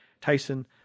Tyson